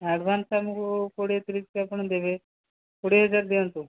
advance ଆମକୁ କୋଡ଼ିଏ ତିରିଶ ଆପଣ ଦେବେ କୋଡ଼ିଏ ହଜାର ଦିଅନ୍ତୁ